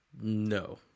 no